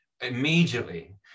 immediately